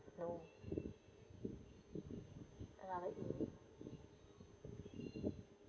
you know ya